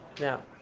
Now